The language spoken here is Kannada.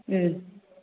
ಹ್ಞೂ